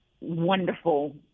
wonderful